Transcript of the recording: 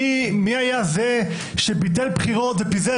אחר מאותה מפלגה שפיזרה